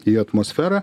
į atmosferą